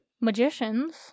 magicians